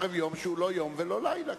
שינוי חוק-יסוד במהלך